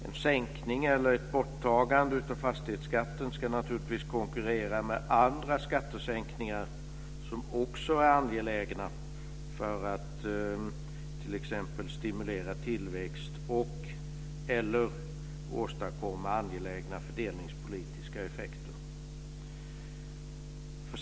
En sänkning eller ett borttagande av fastighetsskatten ska naturligtvis konkurrera med andra skattesänkningar som också är angelägna för att t.ex. stimulera tillväxt eller åstadkomma angelägna fördelningspolitiska effekter.